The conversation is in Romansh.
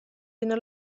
ina